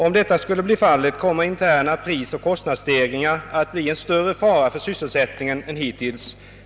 Om detta skulle bli fallet kommer interna prisoch kostnadsstegringar att bli en större fara för sysselsättningen än hittills.